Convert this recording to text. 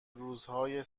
روزهای